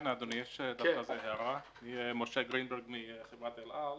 שמי משה גרינברג מחברת אל על.